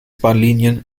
bahnlinien